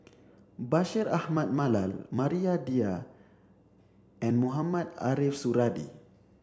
Bashir Ahmad Mallal Maria Dyer and Mohamed Ariff Suradi